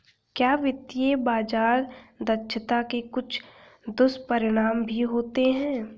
क्या वित्तीय बाजार दक्षता के कुछ दुष्परिणाम भी होते हैं?